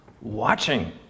watching